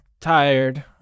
tired